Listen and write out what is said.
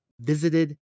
visited